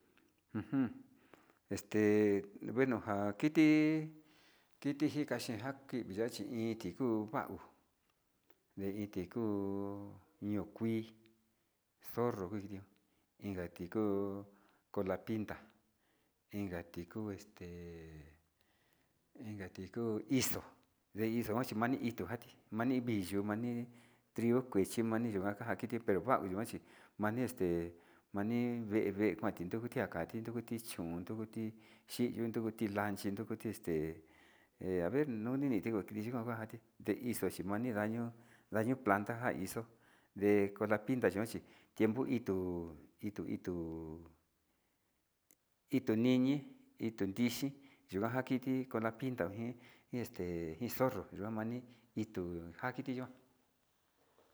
Ujun este bueno njan kiti kiti njika chi njan kivijan chi iin ti uu va'o nde iin tiku ño'o kuii, zorro kui iti inka ti kuu cola pinta inka ti kuu este inka tii kuu ixo'o, ndejo xhio chi manijo kuati mani vilo mani trigo ichi mani njayo nja iti pero va'a yuan ichi este nii vée, kuanti nrukatia kati nrukuti chón nrukuti xhiko nrukuti lanchi nrukuti este he aver nuni nii tiu chiki yikuan vati nde ixo xhi kuani ndaño ñii planta njaixo nde cola pinta yuan chi tiempo tuu itu tu ito niñi ito nriyi, yunja kiti cola pinta njin iin este iin zorro yua mani ituu nakiti yikuan.